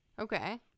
Okay